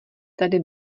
tady